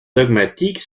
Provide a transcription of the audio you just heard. dogmatique